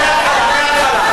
מההתחלה,